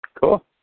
Cool